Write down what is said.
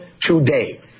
today